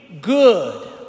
good